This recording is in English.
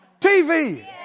TV